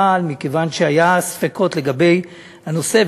אבל מכיוון שהיו ספקות לגבי הנושא,